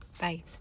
Bye